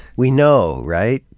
we know, right?